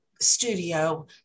studio